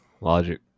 Logic